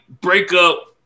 breakup